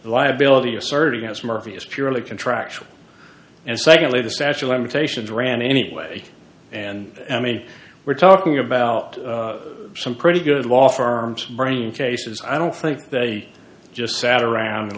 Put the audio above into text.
liability asserting as murphy is purely contractual and secondly the statue of limitations ran anyway and i mean we're talking about some pretty good law firms brain cases i don't think they just sat around and